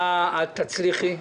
את תצליחי.